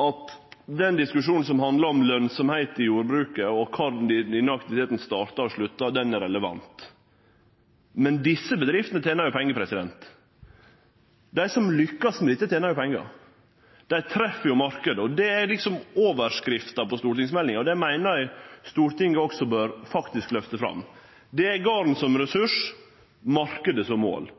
at den diskusjonen som handlar om lønsemd i jordbruket og kvar denne aktiviteten startar og sluttar, er relevant. Men desse bedriftene tener pengar. Dei som lykkast med dette, tener pengar. Dei treffer marknaden. Det er overskrifta på stortingsmeldinga, og det meiner eg Stortinget faktisk også bør løfte fram: garden som ressurs – marknaden som mål.